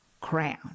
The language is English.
crown